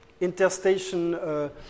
interstation